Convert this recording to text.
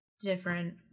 different